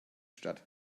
statt